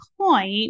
point